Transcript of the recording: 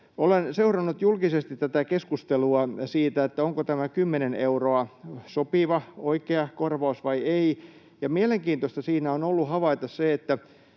Olen seurannut tätä julkista keskustelua siitä, onko tämä 10 euroa sopiva, oikea korvaus vai ei, ja mielenkiintoista siinä on ollut havaita se,